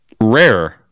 rare